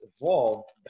evolved